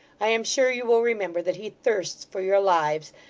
i am sure you will remember that he thirsts for your lives,